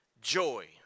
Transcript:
joy